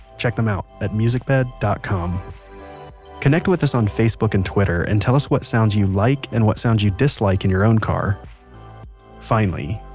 check them out at musicbed dot com connect with us on facebook and on twitter and tell us what sounds you like and what sounds you dislike in your own car finally,